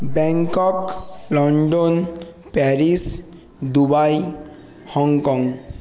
Bangkok London Paris Dubai Hong Kong